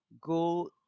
go